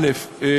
א.